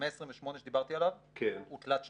ה-128 שדיברתי עליו הוא תלת שנתי.